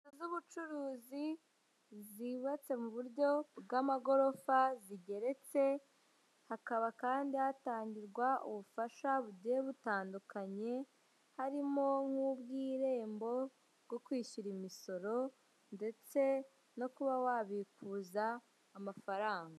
Inzu z'ubucuruzi zibatse mu buryo bw'amagorofa zigeretse, hakaba kandi hatangirwa ubufasha bugiye butandukanye harimo nkubw'irembo bwo kwishyura imisoro ndetse no kuba wabikuza amafaranga.